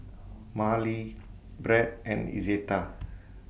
Marely Brett and Izetta